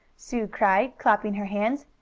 sue cried, clapping her hands.